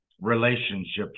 relationships